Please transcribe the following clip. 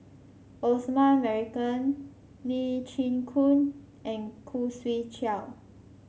Osman Merican Lee Chin Koon and Khoo Swee Chiow